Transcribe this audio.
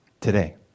today